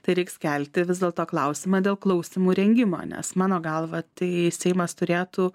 tai reiks kelti vis dėlto klausimą dėl klausimų rengimo nes mano galva tai seimas turėtų